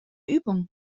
übung